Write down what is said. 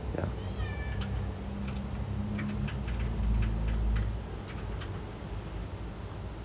ya